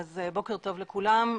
בוקר טוב לכולם.